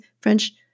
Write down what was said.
French